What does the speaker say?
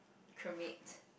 cremate